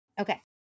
Okay